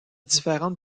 différentes